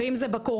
ואם זה בקורונה